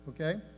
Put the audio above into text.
okay